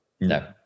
No